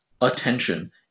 attention